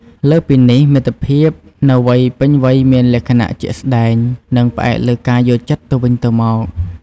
លើសពីនេះ មិត្តភាពនៅវ័យពេញវ័យមានលក្ខណៈ ជាក់ស្តែង និងផ្អែកលើការយល់ចិត្ត ទៅវិញទៅមក។